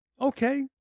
Okay